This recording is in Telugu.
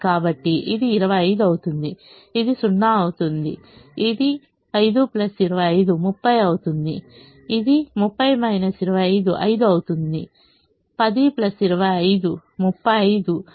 కాబట్టి ఇది 25 అవుతుంది ఇది 0 అవుతుంది ఇది 5 25 30 అవుతుంది ఇది 30 25 5 అవుతుంది 10 25 35 మరియు 30 25 ఇది 5